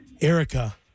Erica